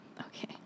okay